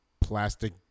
plastic